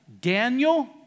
Daniel